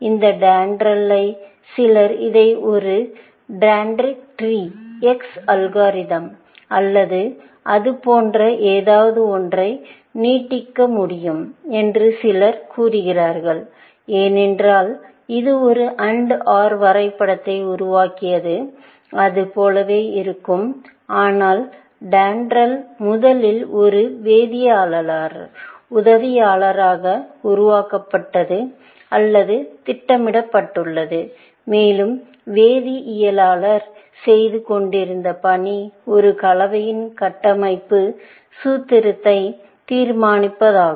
இந்த DENDRAL ஐ சிலர் இதை ஒரு டென்ட்ரைடெக் டிரி X அல்காரிதம் அல்லது அது போன்ற ஏதாவது ஒன்றை நீட்டிக்க முடியும் என்று சிலர் கூறுகிறார்கள் ஏனென்றால் இது ஒரு AND OR வரைபடத்தை உருவாக்கியது அது போலவே இருக்கும் ஆனால் DENDRAL முதலில் ஒரு வேதியியலாளரின் உதவியாளராக உருவாக்கப்பட்டது அல்லது திட்டமிடப்பட்டுள்ளது மேலும் வேதியியலாளர் செய்து கொண்டிருந்த பணி ஒரு கலவையின் கட்டமைப்பு சூத்திரத்தை தீர்மானிப்பதாகும்